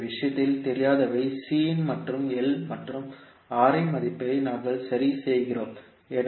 எனவே இந்த விஷயத்தில் தெரியாதவை C மற்றும் L மற்றும் R இன் மதிப்பை நாங்கள் சரி செய்கிறோம்